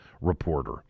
reporter